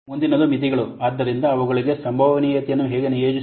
ಮುಂದಿನದು ಮಿತಿಗಳು ಆದ್ದರಿಂದ ಅವುಗಳಿಗೆ ಸಂಭವನೀಯತೆಯನ್ನು ಹೇಗೆ ನಿಯೋಜಿಸುವುದು